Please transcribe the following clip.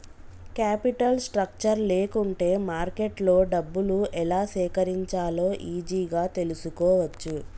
capital structure లేకుంటే మార్కెట్లో డబ్బులు ఎలా సేకరించాలో ఈజీగా తెల్సుకోవచ్చు